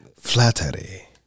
Flattery